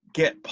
get